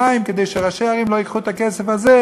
ארבעה אנשים נפצעו, אחד מהם קשה.